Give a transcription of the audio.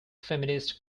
feminist